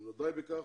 אם לא די בכך,